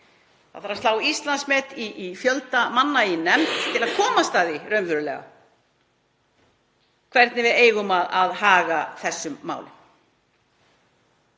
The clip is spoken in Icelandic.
það þarf að slá Íslandsmet í fjölda manna í nefnd til að komast að því raunverulega hvernig við eigum að haga þessum málum.